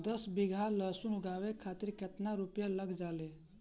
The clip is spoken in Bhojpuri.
दस बीघा में लहसुन उगावे खातिर केतना रुपया लग जाले?